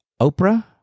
Oprah